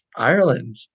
Ireland